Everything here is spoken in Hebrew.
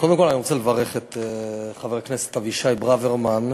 קודם כול אני רוצה לברך את חבר הכנסת אבישי ברוורמן,